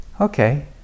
okay